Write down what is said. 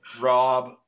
Rob